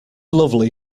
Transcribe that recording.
lovely